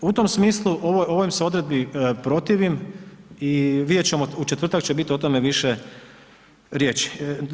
U tom smislu ovoj se odredbi protivim i vidjet ćemo u četvrtak će biti o tome više riječi.